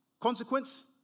consequence